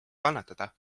kannatada